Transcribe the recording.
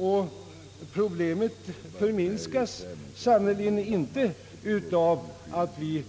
Och problemet blir sannerligen inte mindre genom att det